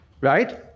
right